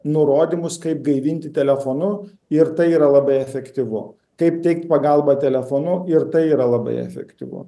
nurodymus kaip gaivinti telefonu ir tai yra labai efektyvu kaip teikt pagalbą telefonu ir tai yra labai efektyvu